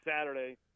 Saturday